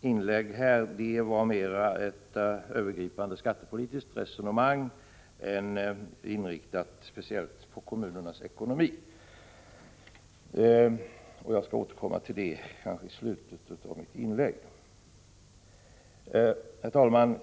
inlägg var mera ett övergripande skattepolitiskt resonemang än inriktat speciellt på kommunernas ekonomi. Jag skall återkomma till det i slutet av mitt inlägg. Herr talman!